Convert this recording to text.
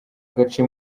gace